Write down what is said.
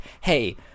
hey